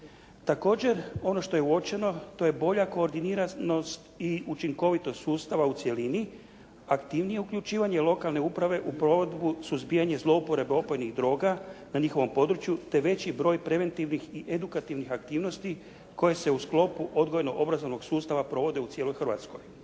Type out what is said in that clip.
Također ono što je uočeno to je bolja koordiniranost i učinkovitost sustava u cjelini, aktivnije uključivanje lokalne uprave u provedbu suzbijanja zlouporabe opojnih droga na njihovom području te veći broj preventivnih i edukativnih aktivnosti koje se u sklopu odgojno-obrazovnog sustava provode u cijeloj Hrvatskoj.